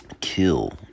kill